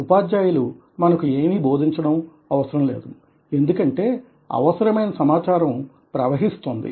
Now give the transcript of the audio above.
ఉపాధ్యాయులు మనకు ఏమి బోధించడం అవసరం లేదు ఎందుకంటే అవసరమైన సమాచారం ప్రవహిస్తోంది